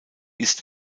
ist